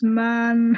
man